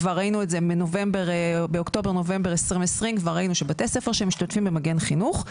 כבר באוקטובר נובמבר 2020 ראינו שבתי ספר שמשתתפים במגן חינוך,